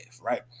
right